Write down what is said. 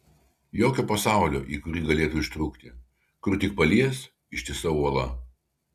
jokio pasaulio į kurį galėtų ištrūkti kur tik palies ištisa uola